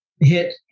hit